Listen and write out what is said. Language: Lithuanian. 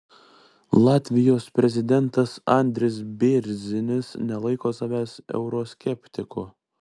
latvijos prezidentas andris bėrzinis nelaiko savęs euroskeptiku